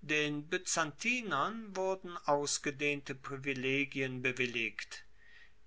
den byzantiern wurden ausgedehnte privilegien bewilligt